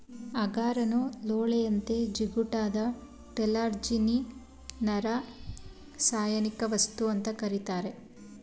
ಅಗಾರನ್ನು ಲೋಳೆಯಂತೆ ಜಿಗುಟಾದ ಜೆಲಟಿನ್ನಿನರಾಸಾಯನಿಕವಸ್ತು ಅಂತ ಕರೀತಾರೆ